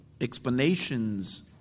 explanations